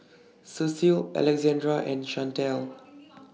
Ceil Alexandra and Shantel